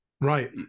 Right